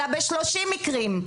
אלא בשלושים מקרים,